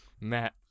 Matt